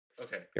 Okay